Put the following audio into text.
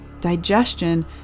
Digestion